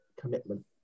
commitment